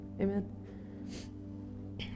Amen